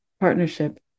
partnership